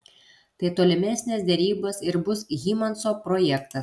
tai tolimesnės derybos ir bus hymanso projektas